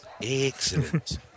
Excellent